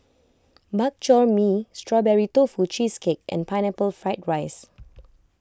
Bak Chor Mee Strawberry Tofu Cheesecake and Pineapple Fried Rice